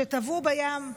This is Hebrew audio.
טבעו בים.